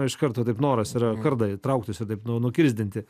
na iš karto taip noras yra kardą trauktis ir taip nu nukirsdinti